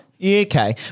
Okay